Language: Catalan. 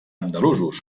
andalusos